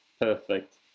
perfect